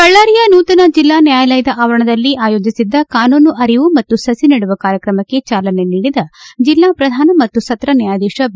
ಬಳ್ದಾರಿಯ ನೂತನ ಜಿಲ್ಲಾ ನ್ಯಾಯಾಲಯದ ಆವರಣದಲ್ಲಿ ಆಯೋಜಿಸಿದ್ದ ಕಾನೂನು ಅರಿವು ಮತ್ತು ಸಸಿ ನೆಡುವ ಕಾರ್ಯಕ್ರಮಕ್ಕೆ ಚಾಲನೆ ನೀಡಿದ ಜಿಲ್ಲಾ ಪ್ರಧಾನ ಮತ್ತು ಸತ್ರ ನ್ಯಾಯಾಧೀಶ ಬಿ